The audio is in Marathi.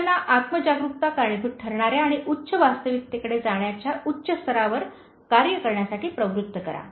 आता त्यांना आत्म जागरूकता कारणीभूत ठरणाऱ्या आणि उच्च वास्तविकतेकडे जाण्याच्या उच्च स्तरावर कार्य करण्यासाठी प्रवृत्त करा